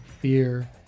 fear